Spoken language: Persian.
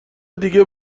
دیگه